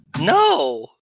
No